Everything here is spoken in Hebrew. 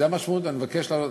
זו המשמעות: אני מבקש להעלות.